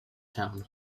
town